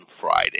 Friday